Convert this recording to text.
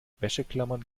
wäscheklammern